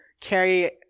carry